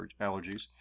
allergies